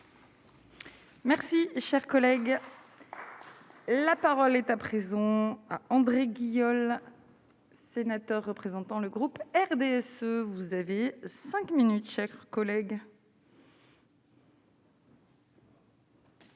Merci, cher collègue, la parole est à présent André sénateur représentant le groupe RDSE, vous avez 5 minutes chers collègues.